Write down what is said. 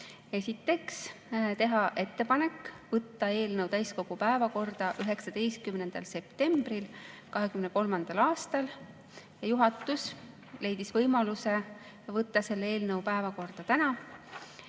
otsused. Teha ettepanek võtta eelnõu täiskogu päevakorda 19. septembril 2023. aastal. Juhatus leidis võimaluse võtta eelnõu päevakorda täna.